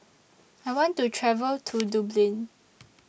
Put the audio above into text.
I want to travel to Dublin